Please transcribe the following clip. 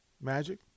Magic